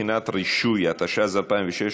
התשע"ז 2016,